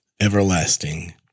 Everlasting